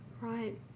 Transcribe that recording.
Right